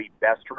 best